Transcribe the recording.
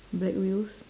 black wheels